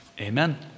Amen